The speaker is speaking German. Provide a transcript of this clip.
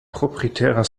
proprietärer